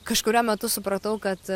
kažkuriuo metu supratau kad